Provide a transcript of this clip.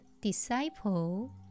disciple